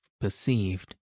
perceived